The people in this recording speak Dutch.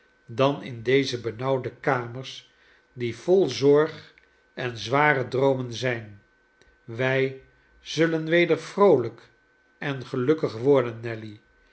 dan in deze benauwde kamers die vol zorg en zware droomen zijn wij zullen weder vroolijk en gelukkig worden nelly